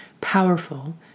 Powerful